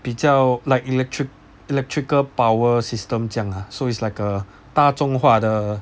比较 like electric electrical power system 这样 ah so it's like a 大众化的